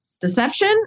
deception